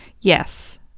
Yes